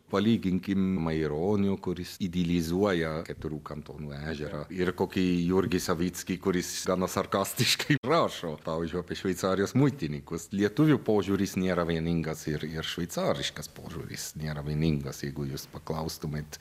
palyginkim maironio kuris idealizuoja keturių kantonų ežerą ir kokį jurgį savickį kuris gana sarkastiškai aprašo pavyzdžiui apie šveicarijos muitininkus lietuvių požiūris nėra vieningas ir ir šveicariškas požiūris nėra vieningas jeigu jūs paklaustumėt